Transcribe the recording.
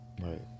Right